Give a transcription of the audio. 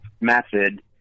method